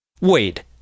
wait